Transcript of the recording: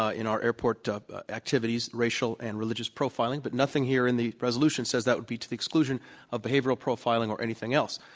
ah in our airport ah activities, racial and religious profiling. but nothing here in the resolution says that would be to the exclusion of behavioral profiling or anything else.